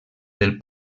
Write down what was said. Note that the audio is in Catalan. del